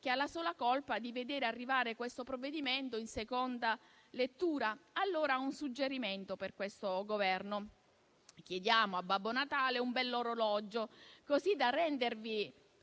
che ha la sola colpa di vedere arrivare questo provvedimento in seconda lettura. Allora, ho un suggerimento per questo Governo. Chiediamo a Babbo Natale un bell'orologio, così da rendervi